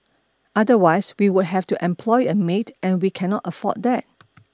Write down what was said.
otherwise we would have to employ a maid and we cannot afford that